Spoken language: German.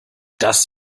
das